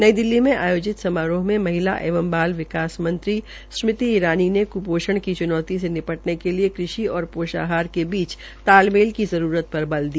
नई दिल्ली में आयोजित समारोह में महिला एवं बाल विकास मंत्री स्मृति ज्बिन इरानी ने क्पोषण की च्नौती से निपटने के लिए कृषि और पोषाहार के बीच तालमेल की जरूरत पर ज़ोर दिया